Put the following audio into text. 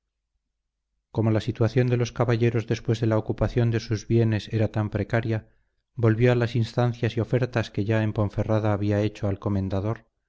como la situación de los caballeros después de la ocupación de sus bienes era tan precaria volvió a las instancias y ofertas que ya en ponferrada había hecho al comendador